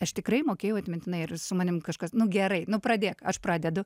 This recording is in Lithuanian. aš tikrai mokėjau atmintinai ir su manim kažkas nu gerai nu pradėk aš pradedu